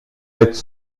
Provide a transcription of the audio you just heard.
êtes